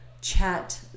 chat